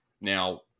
Now